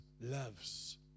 loves